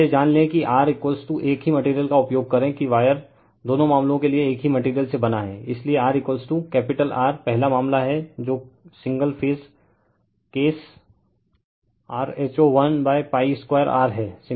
अब यह जान लें कि R एक ही मटेरियल का उपयोग करें कि वायर दोनों मामलों के लिए एक ही मटेरियल से बना है इसलिए R कैपिटल R पहला मामला है जो single phase case rho l pi r 2 है